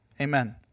Amen